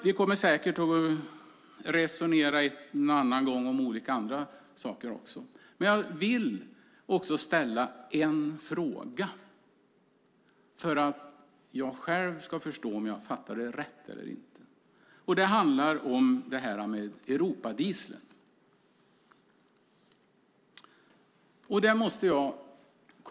Vi kommer säkert att resonera om det flera gånger. Jag vill ställa en fråga för att jag ska få veta om jag har fattat rätt. Det handlar om Europadieseln.